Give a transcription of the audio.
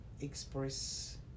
express